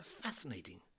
fascinating